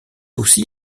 aussi